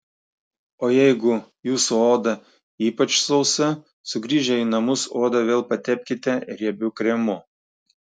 o jeigu jūsų oda ypač sausa sugrįžę į namus odą vėl patepkite riebiu kremu